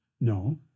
No